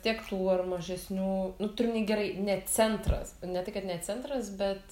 tiek tų ar mažesnių nu turiu omeny gerai ne centras ne tai kad ne centras bet